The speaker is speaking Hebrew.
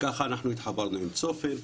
כך התחברנו עם "צופן",